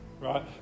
right